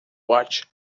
watch